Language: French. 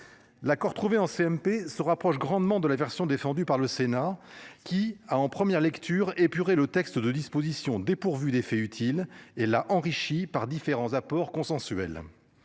L'accord trouvé en CMP se rapproche grandement de la version défendue par le Sénat qui a en première lecture épuré le texte de dispositions dépourvues d'effet utile et la enrichi par différents apports consensuel.